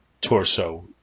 torso